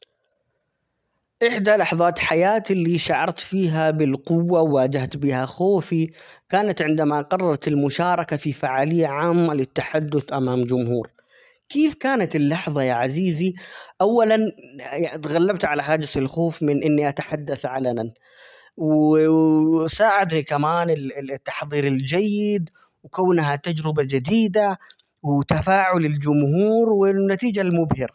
إحدى لحظات حياتي اللي شعرت فيها بالقوة ،وواجهت بها خوفي ،كانت عندما قررت المشاركة في فعالية عامة للتحدث أمام جمهور ،كيف كانت اللحظة يا عزيزي؟ أولًا -يعن- اتغلبت على هاجس الخوف من إني أتحدث علنًاو ساعدني كمان التحضير الجيد ،وكونها تجربة جديدة، وتفاعل الجمهور ،والنتيجة المبهرة.